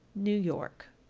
new york.